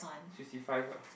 fifty five ah